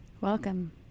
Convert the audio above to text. welcome